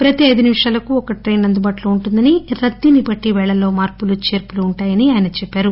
ప్రతి ఐదు నిముషాలకు ఒక టైస్ అందుబాటులో ఉంటుందని రద్దీని బట్లి పేళల్లో మార్పులు చేర్పులు ఉంటాయని చెప్పారు